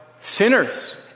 sinners